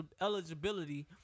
eligibility